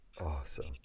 Awesome